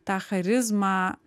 tą charizmą